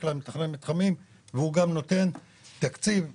כלל מתכנן מתחמים והוא גם נותן תקציב לתכנון.